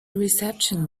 reception